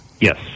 Yes